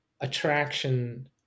attraction